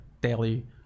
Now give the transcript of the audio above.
daily